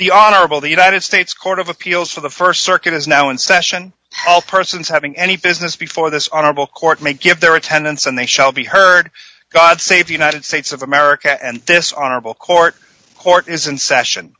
the honorable the united states court of appeals for the st circuit is now in session all persons having any physicist before this honorable court may give their attendance and they shall be heard god save the united states of america and this honorable court court is in session